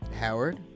Howard